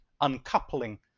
uncoupling